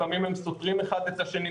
לפעמים הם סותרים אחד את השני,